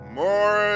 more